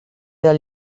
del